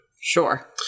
Sure